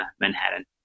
Manhattan